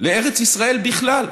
לארץ ישראל בכלל.